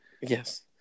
Yes